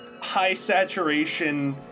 high-saturation